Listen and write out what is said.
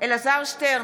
אלעזר שטרן,